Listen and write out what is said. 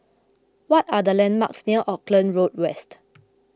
what are the landmarks near Auckland Road West